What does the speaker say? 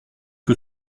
que